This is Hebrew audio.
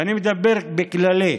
ואני מדבר בכללי,